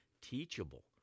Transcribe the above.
teachable